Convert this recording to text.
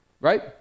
Right